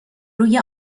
روی